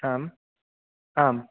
आम् आम्